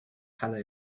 color